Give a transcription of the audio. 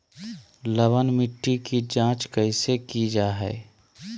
लवन मिट्टी की जच कैसे की जय है?